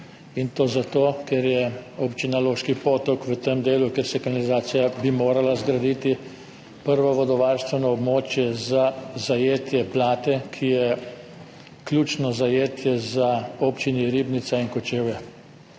In to zato, ker je Občini Loški Potok v tem delu, kjer bi se kanalizacija morala zgraditi, prvo vodovarstveno območje za zajetje Plate, ki je ključno zajetje za občini Ribnica in Kočevje.